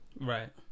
Right